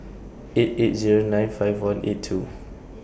eight eight Zero nine five one eight two